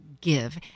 give